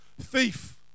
thief